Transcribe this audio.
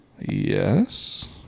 Yes